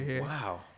Wow